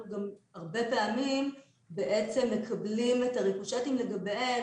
אנחנו הרבה פעמים מקבלים את הריקושטים לגביהם